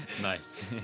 Nice